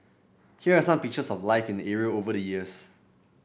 here are some pictures of life in the area over the years